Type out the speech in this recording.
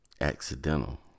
accidental